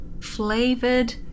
flavored